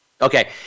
Okay